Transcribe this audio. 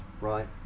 Right